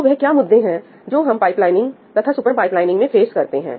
तो वह क्या मुद्दे हैं जो हम पाइपलाइनिंग तथा सुपर पाइपलाइनिंग में फेस करते हैं